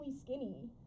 skinny